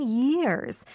years